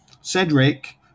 Cedric